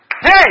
hey